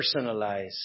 personalize